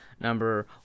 number